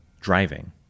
driving